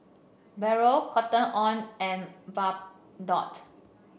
Barrel Cotton On and Bardot